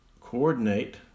coordinate